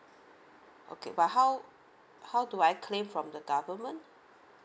okay but how how do I claim from the government